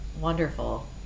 wonderful